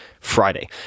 Friday